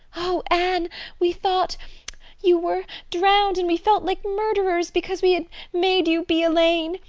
oh, anne we thought you were drowned and we felt like murderers because we had made you be elaine.